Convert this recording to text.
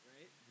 Right